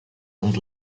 und